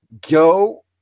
go